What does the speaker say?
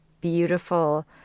beautiful